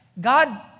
God